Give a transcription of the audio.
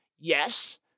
Yes